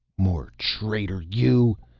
more traitor you,